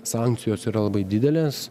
sankcijos yra labai didelės